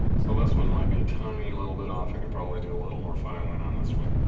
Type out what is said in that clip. so this one might be a tiny little bit off, i could probably do a little more filing on this one.